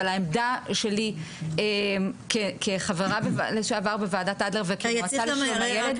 אבל העמדה שלי כחברה לשעבר בוועדת אדלר וכמועצה לשלום הילד --- רגע,